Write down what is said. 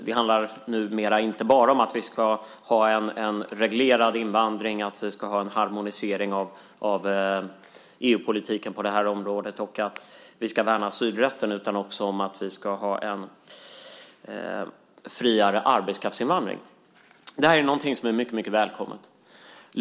Det handlar numera inte bara om att vi ska ha en reglerad invandring, att vi ska ha en harmonisering av EU-politiken på det här området och att vi ska värna asylrätten utan också om att vi ska ha en friare arbetskraftsinvandring. Det här är någonting som är mycket, mycket välkommet.